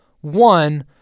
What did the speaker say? one